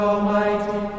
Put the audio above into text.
Almighty